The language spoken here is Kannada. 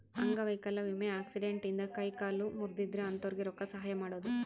ಅಂಗವೈಕಲ್ಯ ವಿಮೆ ಆಕ್ಸಿಡೆಂಟ್ ಇಂದ ಕೈ ಕಾಲು ಮುರ್ದಿದ್ರೆ ಅಂತೊರ್ಗೆ ರೊಕ್ಕ ಸಹಾಯ ಮಾಡೋದು